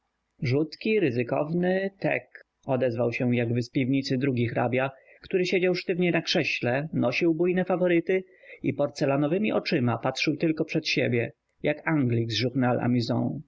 rzutki ryzykowny tek odezwał się jakby z piwnicy drugi hrabia który siedział sztywnie na krześle nosił bujne faworyty i porcelanowemi oczyma patrzył tylko przed siebie jak anglik z